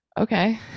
Okay